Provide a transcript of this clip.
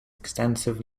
extensive